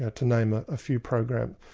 ah to name a ah few programs.